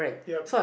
yup